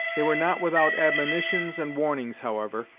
they were not without admonitions and warnings, however,